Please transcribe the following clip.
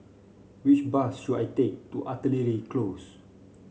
which bus should I take to Artillery Close